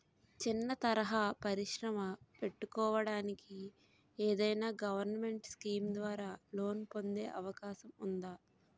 చిన్న తరహా పరిశ్రమ పెట్టుకోటానికి ఏదైనా గవర్నమెంట్ స్కీం ద్వారా లోన్ పొందే అవకాశం ఉందా?